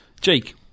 Jake